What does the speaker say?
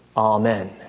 Amen